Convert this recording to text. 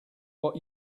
what